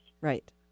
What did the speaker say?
Right